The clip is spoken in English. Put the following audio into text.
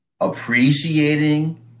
appreciating